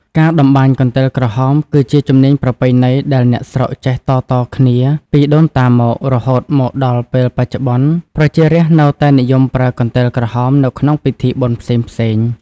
ការតម្បាញកន្ទេលក្រហមគឺជាជំនាញប្រពៃណីដែលអ្នកស្រុកចេះតៗគ្នាពីដូនតាមក រហូតមកដល់ពេលបច្ចុប្បន្នប្រជារាស្ត្រនៅតែនិយមប្រើកន្ទេលក្រហមនៅក្នុងពិធីបុណ្យផ្សេងៗ ។